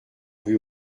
vue